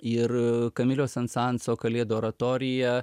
ir kamilio sen sanso kalėdų oratorija